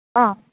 অঁ